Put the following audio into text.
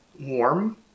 warm